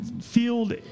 Field